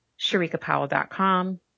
sharikapowell.com